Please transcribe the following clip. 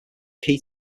key